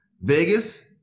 Vegas